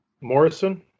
morrison